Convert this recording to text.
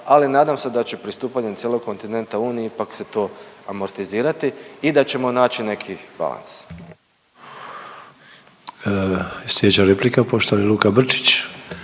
ali nadam se da će pristupanjem cijelog kontinenta Uniji ipak se to amortizirati i da ćemo naći neki balans.